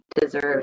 deserves